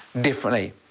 differently